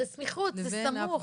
זה סמיכות, זה סמוך.